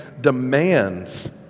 demands